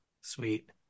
Sweet